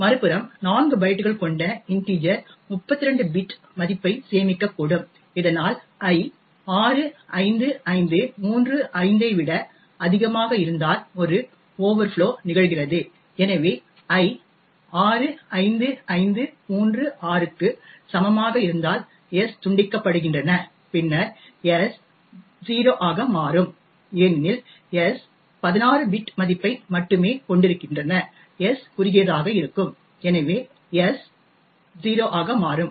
மறுபுறம் 4 பைட்டுகள் கொண்ட இன்டிஜர் 32 பிட் மதிப்பை சேமிக்கக்கூடும் இதனால் i 65535 ஐ விட அதிகமாக இருந்தால் ஒரு ஓவர்ஃப்ளோ நிகழ்கிறது எனவே i 65536 க்கு சமமாக இருந்தால் s துண்டிக்கப்படுகின்றன பின்னர் s 0 ஆக மாறும் ஏனெனில் s 16 பிட் மதிப்பை மட்டுமே கொண்டிருக்கின்றன s குறுகியதாக இருக்கும் எனவே s 0 ஆக மாறும்